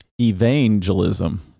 Evangelism